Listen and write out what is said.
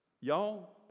y'all